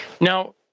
Now